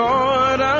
Lord